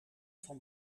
van